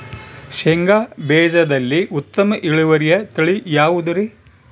ಶೇಂಗಾ ಬೇಜದಲ್ಲಿ ಉತ್ತಮ ಇಳುವರಿಯ ತಳಿ ಯಾವುದುರಿ?